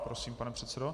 Prosím, pane předsedo.